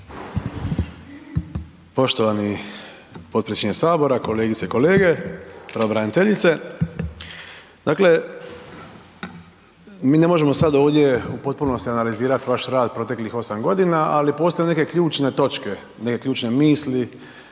Poštovani potpredsjedniče HS, kolegice i kolege, pravobraniteljice, dakle mi ne možemo sad ovdje u potpunosti analizirat vaš rad proteklih 8.g., ali postoje neke ključne točke, neke ključne misli,